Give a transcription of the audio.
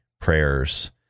prayers